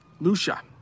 Lucia